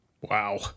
Wow